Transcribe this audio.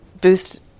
boost